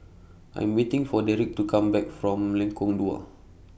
I Am waiting For Derrick to Come Back from Lengkong Dua